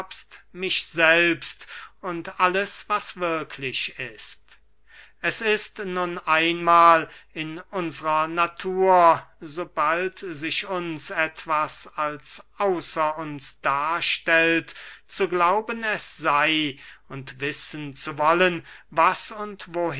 mich selbst und alles was wirklich ist es ist nun einmahl in unsrer natur sobald sich uns etwas als außer uns darstellt zu glauben es sey und wissen zu wollen was und